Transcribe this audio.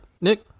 Nick